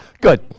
good